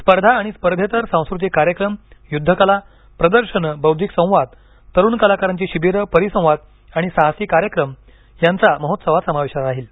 स्पर्धा आणि स्पर्धेतर सांस्कृतिक कार्यक्रम युद्धकला प्रदर्शनं बौद्धिक संवाद तरुण कलाकारांची शिबिरं परिसंवाद आणि साहसी कार्यक्रम यांचा महोत्सवात समावेश राहील